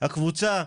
הקבוצה,